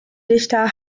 dichter